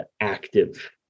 active